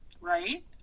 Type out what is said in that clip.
Right